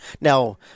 Now